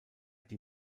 die